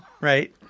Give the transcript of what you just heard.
right